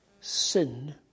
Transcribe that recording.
sin